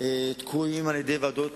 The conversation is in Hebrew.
תקועות על-ידי ועדות